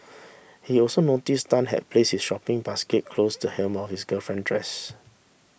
he also noticed Tan had placed his shopping basket close the hem of his girlfriend dress